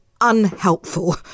unhelpful